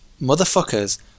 motherfuckers